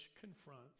confronts